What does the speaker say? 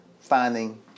finding